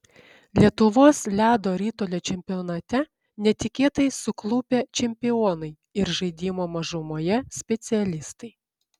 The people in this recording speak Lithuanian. lietuvos ledo ritulio čempionate netikėtai suklupę čempionai ir žaidimo mažumoje specialistai